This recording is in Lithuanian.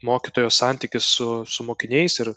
mokytojo santykis su su mokiniais ir